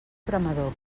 veremador